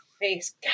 face